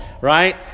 right